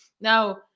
now